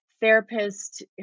therapist